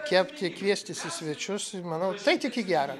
kepti kviestis į svečius ir manau tai tik į gera